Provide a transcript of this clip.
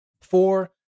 Four